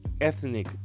ethnic